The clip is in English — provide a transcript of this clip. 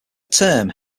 term